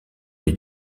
les